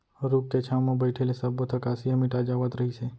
रूख के छांव म बइठे ले सब्बो थकासी ह मिटा जावत रहिस हे